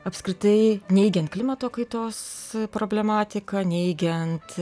apskritai neigiant klimato kaitos problematiką neigiant